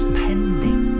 pending